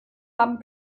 haben